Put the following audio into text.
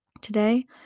Today